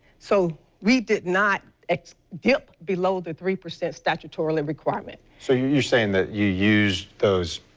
so we did not dip below the three percent statutory requirement. so you're you're saying that you used those